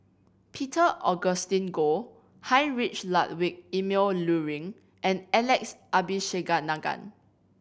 Peter Augustine Goh Heinrich Ludwig Emil Luering and Alex Abisheganaden